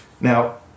Now